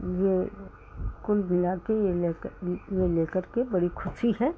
यह कुल मिलाकर यह यह ले करके बड़ी ख़ुसी है